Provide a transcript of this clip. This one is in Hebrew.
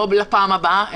לא לפעם הבאה,